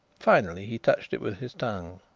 finally he touched it with his tongue.